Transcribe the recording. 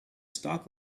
stalk